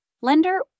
lender